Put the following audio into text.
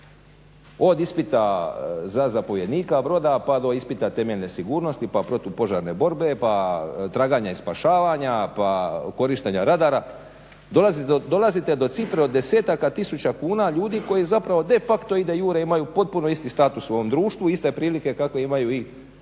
od ispita za zapovjednika broda pa do ispita temeljne sigurnosti pa protupožarne borbe pa traganja i spašavanja, pa korištenja radara dolazite do cifre od desetaka tisuća kuna ljudi koji zapravo de facto i de iure imaju potpuno isti status u ovom društvu, iste prilike kakve imaju i